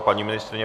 Paní ministryně?